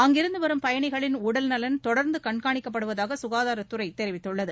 அங்கிருந்து வரும் பயணிகளின் உடல் நலன் தொடர்ந்து கண்காணிக்கப்படுவதாக க்காதாரத்துறை தெரிவித்துள்ளது